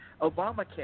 Obamacare